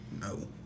No